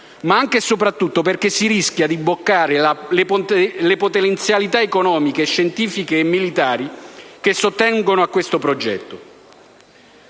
ma anche e soprattutto perché si rischia di bloccare le potenzialità economiche, scientifiche e militari che sottendono questo progetto.